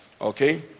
Okay